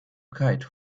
kite